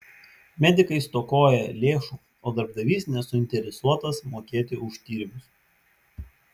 medikai stokoja lėšų o darbdavys nesuinteresuotas mokėti už tyrimus